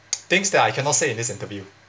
things that I cannot say in this interview